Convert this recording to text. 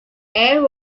air